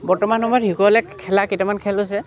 বৰ্তমান সময়ত শিশুসকলে খেলা কেইটামান খেল হৈছে